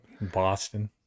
Boston